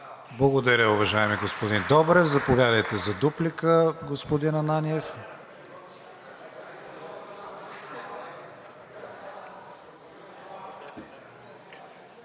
Благодаря, уважаеми господин Добрев. Заповядайте за дуплика, господин Ананиев.